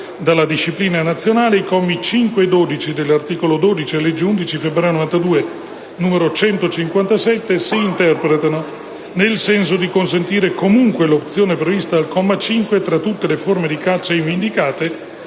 dalla disciplina nazionale, i commi 5 e 12 dell'articolo 12 della legge 11 febbraio 1992, n. 157, si interpretano nel senso di consentire comunque l'opzione prevista dal comma 5 tra tutte le forme di caccia ivi indicate,